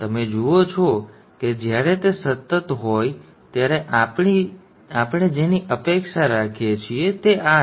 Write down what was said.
તમે જુઓ છો કે જ્યારે તે સતત હોય ત્યારે આપણે જેની અપેક્ષા રાખીએ છીએ તે આ છે